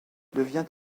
devient